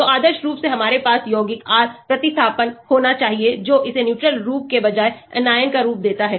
तो आदर्श रूप से हमारे पास यौगिक R प्रतिस्थापन होना चाहिए जो इसे न्यूट्रल रूप के बजाय anion का रूप देता है